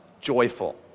joyful